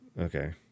okay